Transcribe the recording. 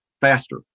faster